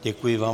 Děkuji vám.